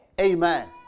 Amen